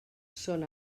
són